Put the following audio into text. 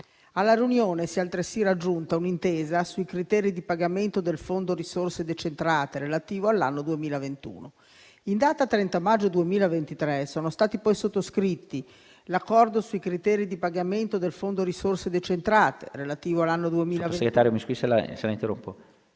Alla riunione si è altresì raggiunta un'intesa sui criteri di pagamento del fondo risorse decentrate relativo all'anno 2021. In data 30 maggio 2023 sono stati poi sottoscritti l'accordo sui criteri di pagamento del fondo risorse decentrate relativo all'anno 2020